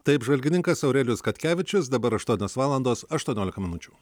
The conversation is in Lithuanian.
tai apžvalgininkas aurelijus katkevičius dabar aštuonios valandos aštuoniolika minučių